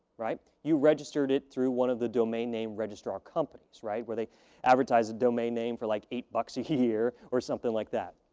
right? you registered it through one of the domain name registrar companies, right, where they advertise a domain name for like eight bucks a year or something like that,